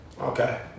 Okay